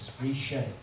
reshape